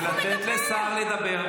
איך הוא מדבר?